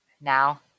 now